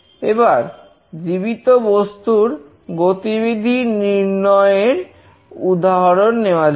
এবার জীবিত বস্তুর গতিবিধি নির্ণয় এর উদাহরণ দেওয়া যাক